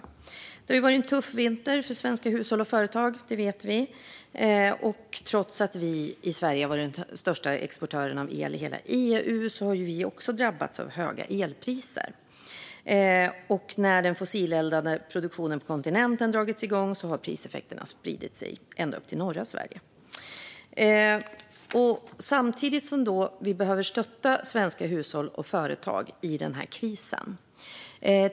Att det har varit en tuff vinter för svenska hushåll och företag vet vi. Trots att Sverige varit den största exportören av el i hela EU har vi också drabbats av höga elpriser. När den fossileldade produktionen på kontinenten dragits igång har priseffekterna spridit sig ända upp till norra Sverige. I den här krisen behöver vi stötta svenska hushåll och företag.